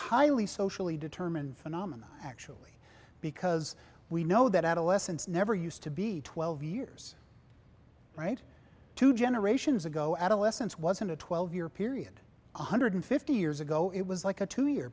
highly socially determined phenomenon actually because we know that adolescence never used to be twelve years right two generations ago adolescence wasn't a twelve year period one hundred fifty years ago it was like a two year